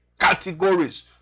categories